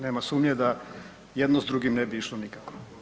Nema sumnje da jedno s drugim ne bi išlo nikako.